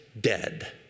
dead